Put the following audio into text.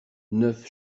neuf